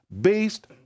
based